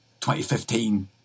2015